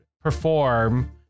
perform